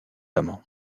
amants